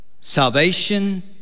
Salvation